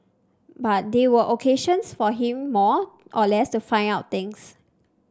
but they were occasions for him more or less to find out things